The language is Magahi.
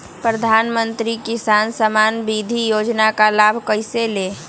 प्रधानमंत्री किसान समान निधि योजना का लाभ कैसे ले?